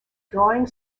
drawing